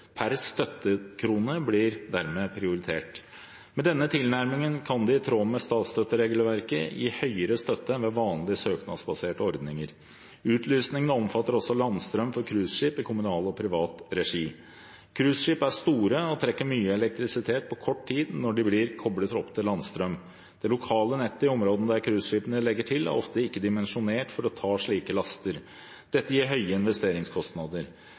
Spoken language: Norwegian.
per støttekrone, blir dermed prioritert. Med denne tilnærmingen kan de, i tråd med statsstøtteregelverket, gi høyere støtte enn ved vanlige søknadsbaserte ordninger. Utlysningene omfatter også landstrøm for cruiseskip i kommunal og privat regi. Cruiseskip er store og trekker mye elektrisitet på kort tid når de blir koblet opp til landstrøm. Det lokale nettet i områdene der cruiseskipene legger til, er ofte ikke dimensjonert for å ta slike laster. Dette gir høye investeringskostnader.